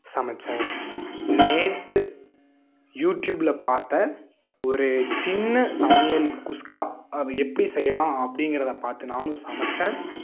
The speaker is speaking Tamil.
சமைச்சேன் நேற்று யூடியூப்ல பார்த்தேன் ஒரு சின்ன சமையல் குஸ்க்கா அது எப்படி செய்யலாம் அப்படிங்கிறத பார்த்து நானும் சமைச்சேன்